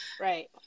right